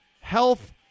health